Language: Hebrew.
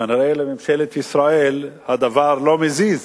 כנראה לממשלת ישראל הדבר לא מזיז,